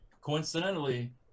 Coincidentally